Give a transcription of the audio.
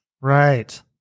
right